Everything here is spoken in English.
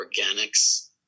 organics